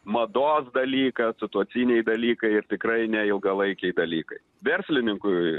mados dalykas situaciniai dalykai ir tikrai ne ilgalaikiai dalykai verslininkui